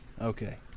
Okay